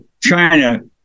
China